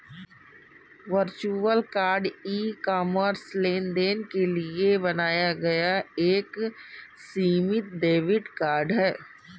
virtual card e commerce लेनदेन के लिए बनाया गया एक सीमित डेबिट कार्ड है